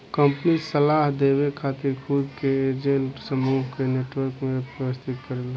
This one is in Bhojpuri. कंपनी सलाह देवे खातिर खुद के एंजेल समूह के नेटवर्क में व्यवस्थित करेला